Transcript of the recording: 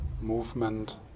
movement